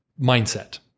mindset